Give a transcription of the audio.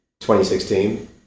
2016